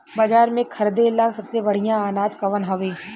बाजार में खरदे ला सबसे बढ़ियां अनाज कवन हवे?